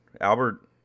Albert